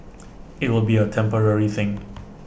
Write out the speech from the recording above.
IT will be A temporary thing